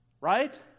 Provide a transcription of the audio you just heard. Right